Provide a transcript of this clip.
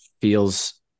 feels